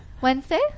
Wednesday